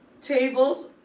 tables